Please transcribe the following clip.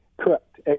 Correct